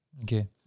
okay